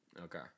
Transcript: Okay